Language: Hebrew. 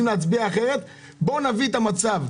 בואו נביא את המצב,